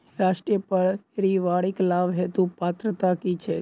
राष्ट्रीय परिवारिक लाभ हेतु पात्रता की छैक